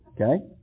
Okay